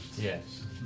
Yes